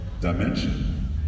dimension